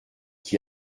qui